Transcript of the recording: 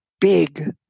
big